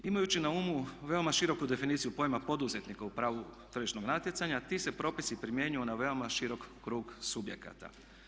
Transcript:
Imajući na umu veoma široku definiciju pojma poduzetnika u pravu tržišnog natjecanja ti se propisi primjenjuju na veoma širok krug subjekata.